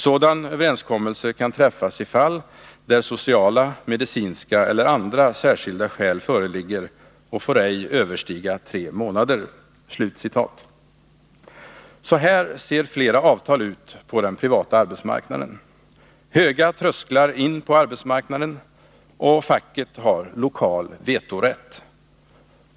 Sådan överenskommelse kan träffas i fall, där sociala, medicinska eller andra särskilda skäl föreligger och får ej överstiga tre månader.” Så här ser flera avtal ut på den privata arbetsmarknaden — höga trösklar in på arbetsmarknaden, och facken har lokal vetorätt.